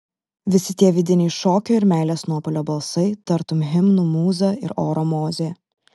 visi tie vidiniai šokio ir meilės nuopuolio balsai tartum himnų mūza ir oro mozė